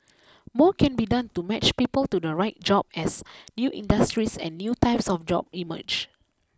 more can be done to match people to the right jobs as new industries and new types of jobs emerge